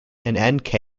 and